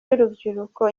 y’urubyiruko